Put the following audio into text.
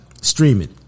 streaming